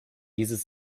dieses